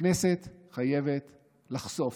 הכנסת חייבת לחשוף,